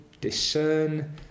discern